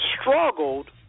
struggled